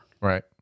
Right